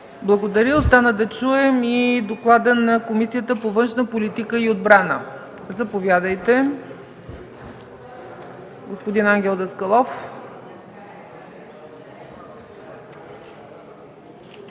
Благодаря. Остана да чуем и Доклада на Комисията по външна политика и отбрана. Заповядайте, господин Даскалов.